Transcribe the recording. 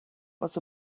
was